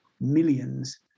millions